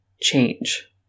change